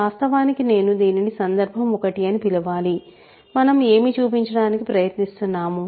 వాస్తవానికి నేను దీనిని సందర్భం 1 అని పిలవాలి మనం ఏమి చూపించడానికి ప్రయత్నిస్తున్నాము